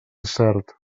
cert